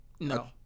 No